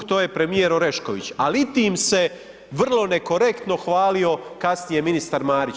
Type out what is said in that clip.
To je premijer Orešković, ali i tim se vrlo nekorektno hvalio kasnije ministar Marić.